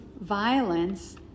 violence